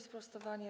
Sprostowanie.